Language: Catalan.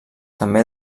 també